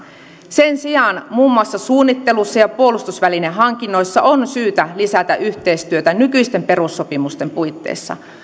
sen sijaan muun muassa suunnittelussa ja puolustusvälinehankinnoissa on syytä lisätä yhteistyötä nykyisten perussopimusten puitteissa